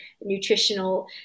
nutritional